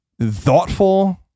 thoughtful